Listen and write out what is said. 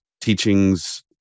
teachings